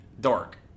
dark